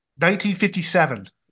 1957